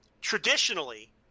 traditionally